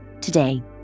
Today